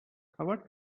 covered